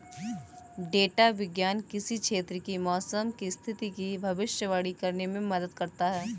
data विज्ञान किसी क्षेत्र की मौसम की स्थिति की भविष्यवाणी करने में मदद करता है